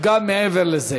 גם מעבר לזה.